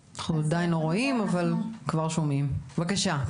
האזרח, בבקשה.